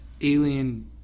alien